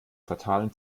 fatalen